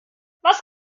was